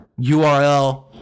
URL